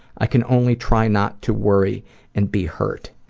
i can only try not to worry and be hurt.